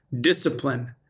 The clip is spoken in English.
discipline